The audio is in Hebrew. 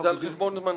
זה על חשבון זמנך.